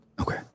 Okay